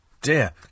dear